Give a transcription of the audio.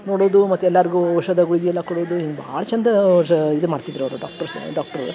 ನೋಡದು ಮತ್ತೆ ಎಲಾರಿಗು ಔಷಧ ಗುಳ್ಗಿ ಎಲ್ಲಾ ಕೊಡದು ಹಿಂಗೆ ಭಾಳ್ ಚಂದ ಇದು ಮಾಡ್ತಿದ್ದರು ಅವ್ರ ಡಾಕ್ಟರ್ಸ್ ಡಾಕ್ಟರ್